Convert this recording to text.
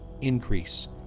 increase